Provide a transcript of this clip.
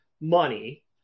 money